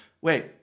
Wait